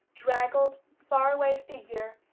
draggled, far-away figure,